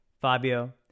Fabio